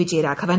Vijayaraghavan